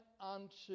unto